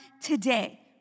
today